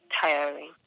tiring